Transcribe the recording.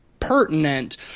pertinent